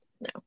no